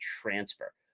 transfer